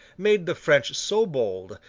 made the french so bold,